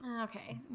Okay